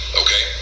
okay